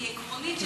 היא עקרונית,